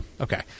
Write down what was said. Okay